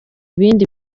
bindi